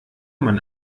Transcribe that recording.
man